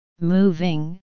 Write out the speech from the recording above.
moving